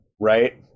Right